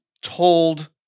told